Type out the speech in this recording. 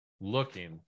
Looking